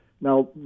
now